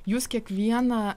jūs kiekvieną